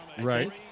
Right